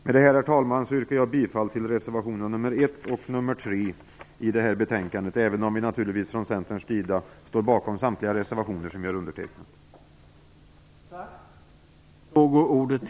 Med detta, herr talman, yrkar jag bifall till reservationerna nr 1 och nr 3 till betänkandet, även om vi från Centerns sida naturligtvis står bakom samtliga de reservationer som vi har undertecknat.